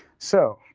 so